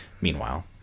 Meanwhile